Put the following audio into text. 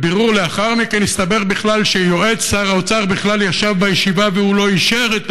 בבירור לאחר מכן הסתבר שיועץ שר האוצר בכלל ישב בישיבה ולא אישר את